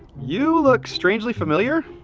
you look strangely familiar!